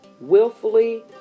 willfully